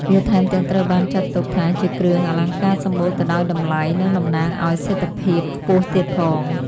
វាថែមទាំងត្រូវបានចាត់ទុកថាជាគ្រឿងអលង្ការសម្បូរទៅដោយតម្លៃ និងតំណាងឲ្យសេដ្ឋភាពខ្ពស់ទៀតផង។